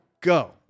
go